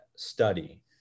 study